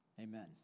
amen